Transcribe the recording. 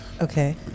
Okay